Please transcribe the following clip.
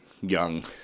young